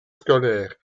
scolaire